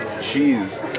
cheese